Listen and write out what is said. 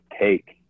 take